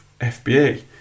FBA